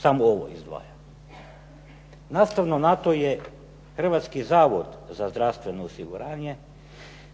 Samo ovo izdvajam. Nastavno na to je Hrvatski zavod za zdravstveno osiguranje.